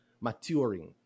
maturing